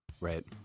Right